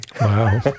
Wow